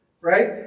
right